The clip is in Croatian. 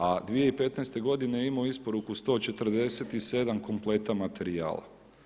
A 2015. godine je imao isporuku 147 kompleta materijala.